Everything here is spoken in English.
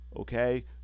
Okay